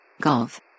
Golf